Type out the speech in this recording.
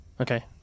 Okay